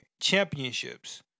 championships